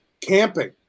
camping